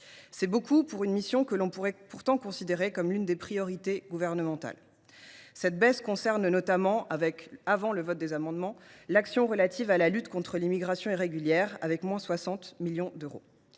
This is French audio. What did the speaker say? C’est beaucoup pour une mission que l’on pourrait pourtant considérer comme l’une des priorités gouvernementales. La baisse concerne notamment, avant le vote des amendements, l’action n° 03 « Lutte contre l’immigration irrégulière », en diminution de 60 millions d’euros.